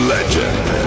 Legend